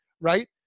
right